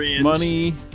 Money